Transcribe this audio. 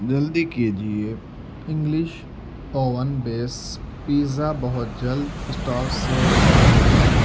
جلدی کیجیے English oven base pizza بہت جلد اسٹاک سے باہر ہوگا